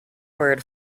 word